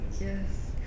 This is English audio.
Yes